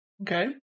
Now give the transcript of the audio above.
Okay